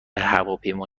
هواپیما